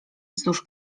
wzdłuż